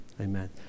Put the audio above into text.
Amen